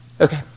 Okay